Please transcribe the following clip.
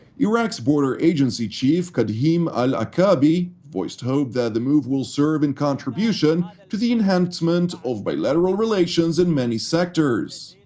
iraq's border agency chief kadhim al-a'kabi voiced hope that the move will serve in contribution to the enhancement of bilateral relations in many sectors.